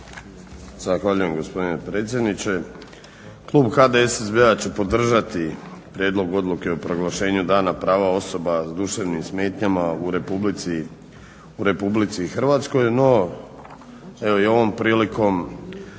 Zahvaljujem gospodine predsjedniče. Klub HDSSB-a će podržati Prijedlog odluke o proglašenju Dana prava osoba s duševnim smetnjama u RH. No, evo i ovom prilikom